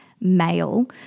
male